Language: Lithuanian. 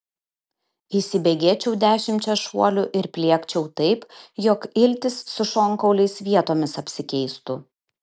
įsibėgėčiau dešimčia šuolių ir pliekčiau taip jog iltys su šonkauliais vietomis apsikeistų